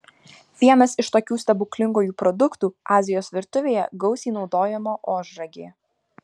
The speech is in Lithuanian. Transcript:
vienas iš tokių stebuklingųjų produktų azijos virtuvėje gausiai naudojama ožragė